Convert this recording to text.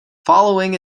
following